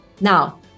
Now